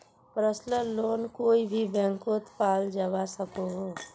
personal loan कोए भी बैंकोत पाल जवा सकोह